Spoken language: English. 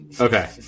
Okay